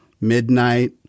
midnight